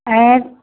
ऐं